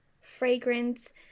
fragrance